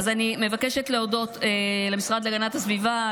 אני מבקשת להודות למשרד להגנת הסביבה,